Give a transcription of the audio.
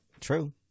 True